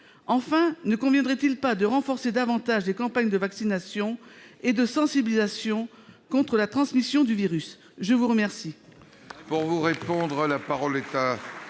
Enfin, ne conviendrait-il pas de renforcer les campagnes de vaccination et de sensibilisation contre la transmission du virus ? La parole